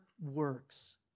works